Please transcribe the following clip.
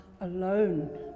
alone